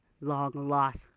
long-lost